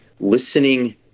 Listening